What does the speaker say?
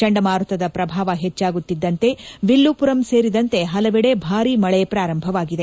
ಚಂಡಮಾರುತದ ಪ್ರಭಾವ ಹೆಚ್ಚಾಗುತ್ತಿದ್ದಂತೆ ವಿಲ್ಲುಪುರಂ ಸೇರಿದಂತೆ ಹಲವೆಡೆ ಭಾರಿ ಮಳೆ ಪ್ರಾರಂಭವಾಗಿದೆ